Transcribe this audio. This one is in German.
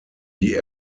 die